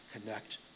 connect